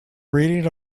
reading